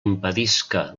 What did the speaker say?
impedisca